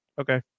okay